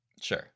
Sure